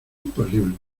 imposible